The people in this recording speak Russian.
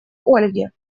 ольге